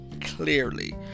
clearly